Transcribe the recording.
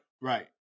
right